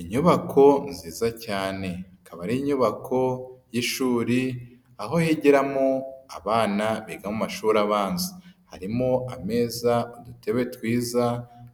Inyubako nziza cyane ikaba, ari inyubako y'ishuri aho higiramo abana biga amashuri abanza, harimo ameza udutebe twiza